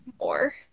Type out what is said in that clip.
more